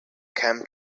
came